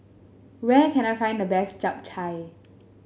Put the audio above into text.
where can I find the best Chap Chai